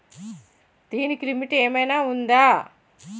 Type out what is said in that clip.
దీనికి లిమిట్ ఆమైనా ఉందా?